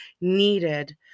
needed